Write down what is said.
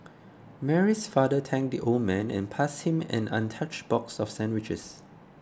Mary's father thanked the old man and passed him an untouched box of sandwiches